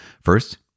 first